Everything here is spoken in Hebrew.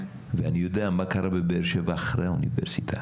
ואני יודע מה קרה בבאר שבע אחרי האוניברסיטה.